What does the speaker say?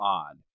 odd